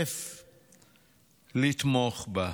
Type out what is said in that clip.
וכתף להיתמך בה,